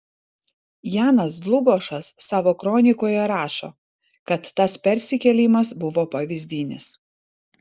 janas dlugošas savo kronikoje rašo kad tas persikėlimas buvo pavyzdinis